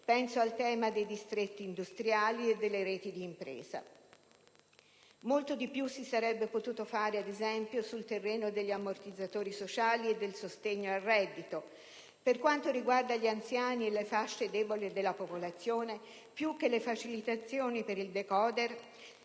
penso al tema dei distretti industriali e delle reti d'impresa. Molto di più si sarebbe potuto fare, ad esempio, sul terreno degli ammortizzatori sociali e del sostegno al reddito: per quanto riguarda gli anziani e le fasce deboli della popolazione, più che le facilitazioni per il *decoder*